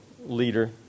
leader